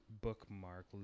bookmark